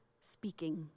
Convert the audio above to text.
speaking